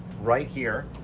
right here,